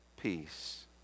peace